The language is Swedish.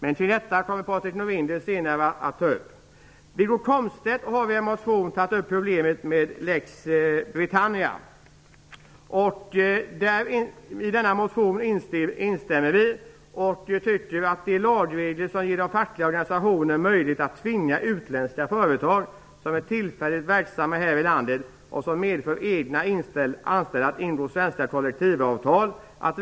Patrik Norinder kommer att ta upp den frågan senare. Wiggo Komstedt har i en motion tagit upp problemet med "Lex Britannia". Vi instämmer i denna motion och tycker att lagreglerna ger de svenska fackliga organisationerna möjlighet att tvinga utländska företag, som är tillfälligt verksamma här i landet och som medför egna anställda, att ingå "svenska" kollektivavtal.